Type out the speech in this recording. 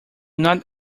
not